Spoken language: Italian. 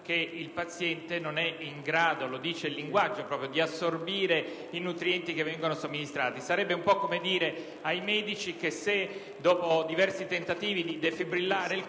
lo dice il linguaggio, di assorbire i nutrienti che vengono somministrati. Sarebbe un po' come dire ai medici che dopo diversi tentativi di defibrillare il cuore,